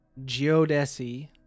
geodesy